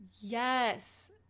Yes